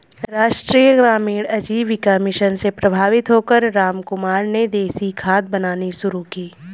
राष्ट्रीय ग्रामीण आजीविका मिशन से प्रभावित होकर रामकुमार ने देसी खाद बनानी शुरू की